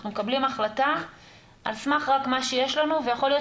אנחנו מקבלים החלטה רק על סמך מה שיש לנו ויכול להיות